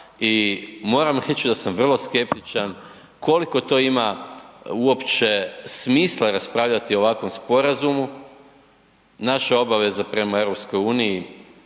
i moram reći da sam vrlo skeptičan koliko to ima uopće smisla uopće raspravljati o ovakvom sporazumu. Naša obaveza prema EU